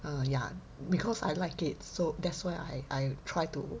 err ya because I like it so that's why I I try to